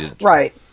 Right